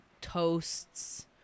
toasts